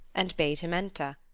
and bade him enter.